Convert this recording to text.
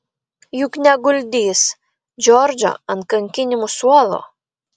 juk neguldys džordžo ant kankinimų suolo